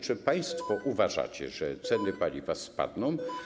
Czy państwo uważacie, że ceny paliwa spadną?